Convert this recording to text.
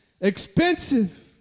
expensive